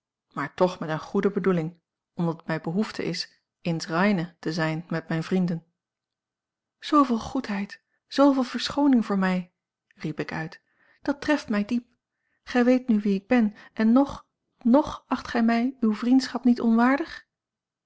maar toch met eene goede bedoeling omdat het mij behoefte is ins reine te zijn met mijne vrienden zooveel goedheid zooveel verschooning voor mij riep ik uit dat treft mij diep gij weet nu wie ik ben en ng ng acht gij mij uwe vriendschap niet onwaardig